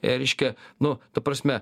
reiškia nu ta prasme